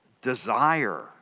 desire